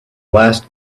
last